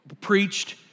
preached